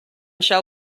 shall